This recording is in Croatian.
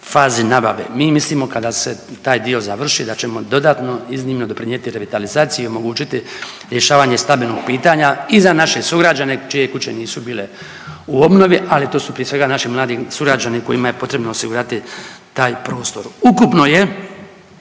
fazi nabave. Mi mislimo kada se taj dio završi da ćemo dodatno, iznimno doprinijeti revitalizaciji i omogućiti rješavanje stambenog pitanja i za naše sugrađane čije kuće nisu bile u obnovi, ali to su prije svega naši mladi sugrađani kojima je potrebno osigurati taj prostor. Ukupno je